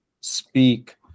speak